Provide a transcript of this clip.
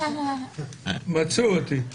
מצאו אותי.